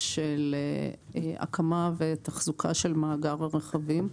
של הקמה ותחזוקה של מאגר הרכבים.